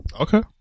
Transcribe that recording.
Okay